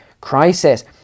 crisis